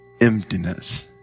emptiness